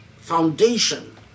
foundation